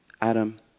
Adam